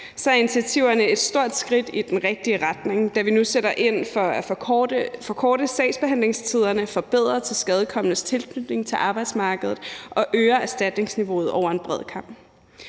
er initiativerne et stort skridt i den rigtige retning, da vi nu sætter ind for at forkorte sagsbehandlingstiderne, forbedrer tilskadekomnes tilknytning til arbejdsmarkedet og øger erstatningsniveauet over en bred kam.